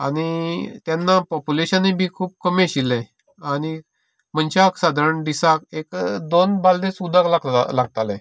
आनी तेन्ना पोप्युलेशनूय बी खूब कमी आशिल्लें आनी मनशाक सादारण एक दिसाक दोन बालद्योच उद उदक लागतालें